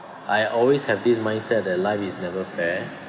I always have this mindset that life is never fair